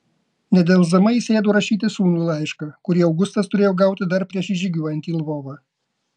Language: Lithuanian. nedelsdama ji sėdo rašyti sūnui laišką kurį augustas turėjo gauti dar prieš įžygiuojant į lvovą